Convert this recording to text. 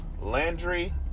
Landry